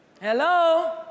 Hello